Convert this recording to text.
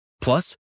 Plus